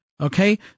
Okay